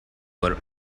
were